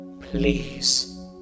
Please